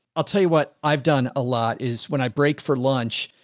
i'll tell you what i've done a lot is when i break for lunch.